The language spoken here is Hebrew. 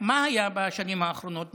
מה היה בשנים האחרונות?